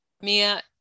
Mia